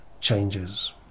changes